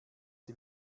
sie